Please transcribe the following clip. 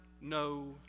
no